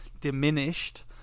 diminished